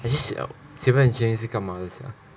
actually sia civil engineering 是干嘛的 sia